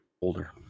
Older